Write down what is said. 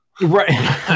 Right